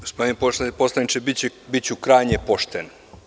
Gospodine poslaniče, biću krajnje pošten.